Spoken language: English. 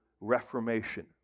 Reformation